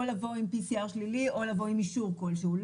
או לבוא עם PCR שלילי או לבוא עם אישור כלשהו.